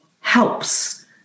helps